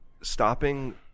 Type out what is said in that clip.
stopping